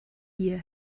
hier